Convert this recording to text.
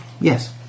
Yes